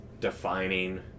defining